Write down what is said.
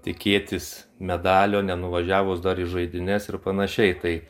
tikėtis medalio nenuvažiavus dar į žaidynes ir panašiai tai